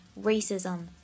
racism